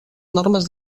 normes